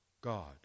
God